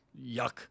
Yuck